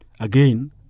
Again